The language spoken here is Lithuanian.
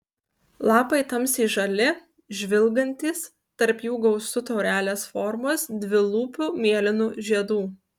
lapai tamsiai žali žvilgantys tarp jų gausu taurelės formos dvilūpių mėlynų žiedų